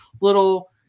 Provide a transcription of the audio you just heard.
little